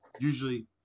usually